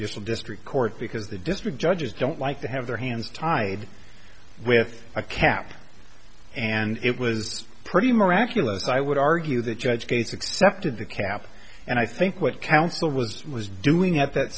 just the district court because the district judges don't like to have their hands tied with a cap and it was pretty miraculous i would argue that judge case accepted the cap and i think what counsel was was doing at that